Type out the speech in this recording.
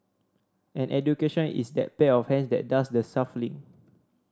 and education is that pair of hands that does the shuffling